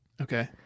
Okay